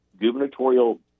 gubernatorial